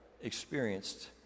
experienced